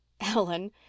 Ellen